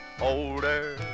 older